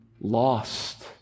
lost